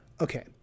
Okay